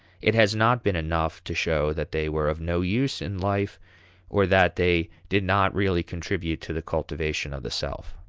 it has not been enough to show that they were of no use in life or that they did not really contribute to the cultivation of the self.